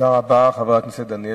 חבר הכנסת דניאל בן-סימון,